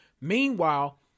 Meanwhile